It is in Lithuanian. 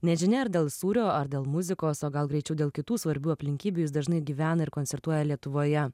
nežinia ar dėl sūrio ar dėl muzikos o gal greičiau dėl kitų svarbių aplinkybių jis dažnai gyvena ir koncertuoja lietuvoje